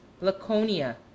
Laconia